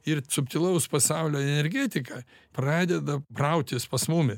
ir subtilaus pasaulio energetika pradeda brautis pas mumi